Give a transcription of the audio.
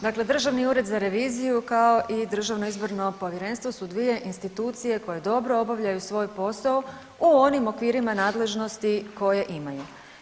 Dakle, Državni ured za reviziju kao i Državno izborno povjerenstvo su dvije institucije koje dobro obavljaju svoj posao u onim okvirima nadležnosti koje imaju.